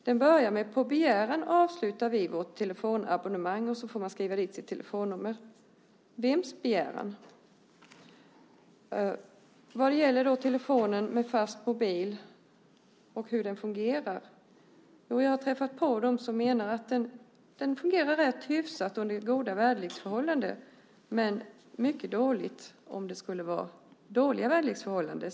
Den börjar så här: På begäran avslutar vi vårt telefonabonnemang. Så får man skriva dit sitt telefonnummer. Vems begäran? Vad gäller telefon med Fastmobil och hur den fungerar har jag träffat på sådana som menar att den fungerar rätt hyfsat om det är goda väderleksförhållanden, men mycket dåligt om det skulle vara dåliga väderleksförhållanden.